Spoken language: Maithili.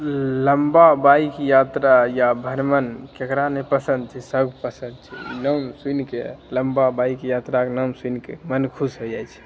लम्बा बाइक यात्रा या भ्रमण केकरा नहि पसंद छै सबके पसंद छै नाम सुनिके लम्बा बाइक यात्राके नाम सुनिके मन खुश होइ जाइत छै